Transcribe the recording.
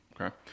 Okay